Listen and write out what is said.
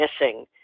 missing